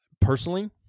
Personally